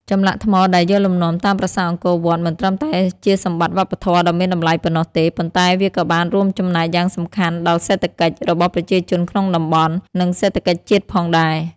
ចម្លាក់ថ្មដែលយកលំនាំតាមប្រាសាទអង្គរវត្ត មិនត្រឹមតែជាសម្បត្តិវប្បធម៌ដ៏មានតម្លៃប៉ុណ្ណោះទេ ប៉ុន្តែវាក៏បានរួមចំណែកយ៉ាងសំខាន់ដល់សេដ្ឋកិច្ចរបស់ប្រជាជនក្នុងតំបន់ និងសេដ្ឋកិច្ចជាតិផងដែរ។